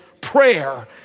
prayer